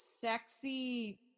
sexy